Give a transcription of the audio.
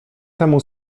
temu